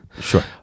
Sure